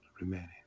remaining